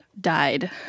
died